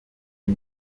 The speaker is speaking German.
die